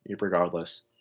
regardless